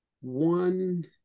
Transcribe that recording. One